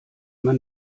man